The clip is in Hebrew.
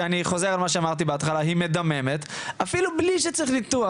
שאני חוזר על מה שאמרתי בהתחלה - היא מדממת ואפילו בלי שצריך ניתוח.